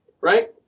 right